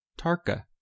Tarka